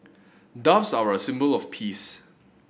doves are a symbol of peace